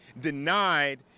denied